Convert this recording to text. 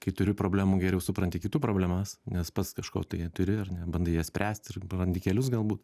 kai turi problemų geriau supranti kitų problemas nes pats kažko tai neturi ar ne bandai jas spręsti ir randi kelius galbūt